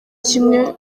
kimwe